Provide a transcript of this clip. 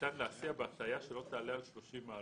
ניתן להסיע בהטיה שלא תעלה על 30 מעלות.